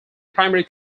primary